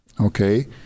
okay